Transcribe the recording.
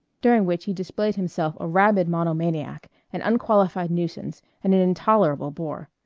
during which he displayed himself a rabid monomaniac, an unqualified nuisance, and an intolerable bore.